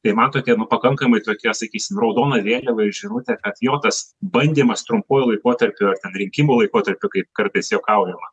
kai matote pakankamai tokią sakysime raudoną vėliavą ir žinutę kad jo tas bandymas trumpuoju laikotarpiu ar ten rinkimų laikotarpiu kaip kartais juokaujama